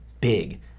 big